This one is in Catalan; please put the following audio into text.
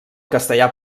castellà